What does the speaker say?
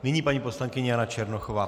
Nyní paní poslankyně Jana Černochová.